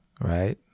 right